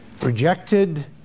rejected